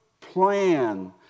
plan